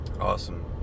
Awesome